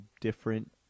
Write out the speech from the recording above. different